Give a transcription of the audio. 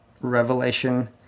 Revelation